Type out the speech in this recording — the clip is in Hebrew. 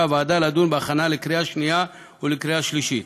הוועדה לדון בהכנה לקריאה שנייה ולקריאה שלישית.